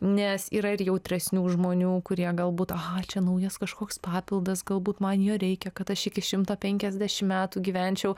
nes yra ir jautresnių žmonių kurie galbūt aha čia naujas kažkoks papildas galbūt man jo reikia kad aš iki šimto penkiasdešim metų gyvenčiau